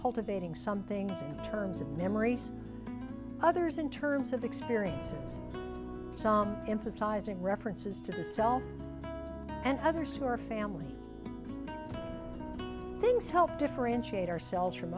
cultivating something in terms of memories others in terms of experience some emphasizing references to self and others to our family things to help differentiate ourselves from